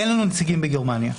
אין לנו נציגים בגרמניה.